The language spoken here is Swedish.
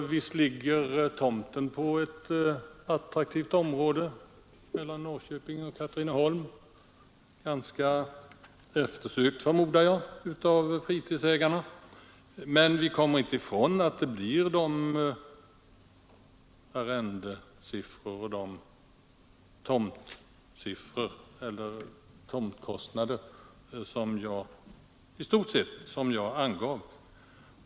Visst ligger tomten på ett attraktivt område mellan Norrköping och Katrineholm. Jag förmodar att det är ganska eftersökt av dem som vill uppföra fritidshus, men vi kommer inte ifrån att det i stort sett blir de arrendesiffror och de tomtkostnader som jag angav.